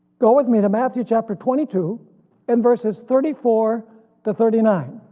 go with me to matthew chapter twenty two and versus thirty four to thirty nine